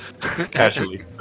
casually